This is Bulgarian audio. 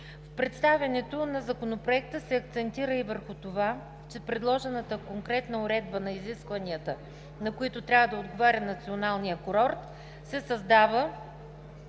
В представянето на Законопроекта се акцентира и върху това, че с предложената конкретна уредба на изискванията, на които трябва да отговаря националният курорт, се създава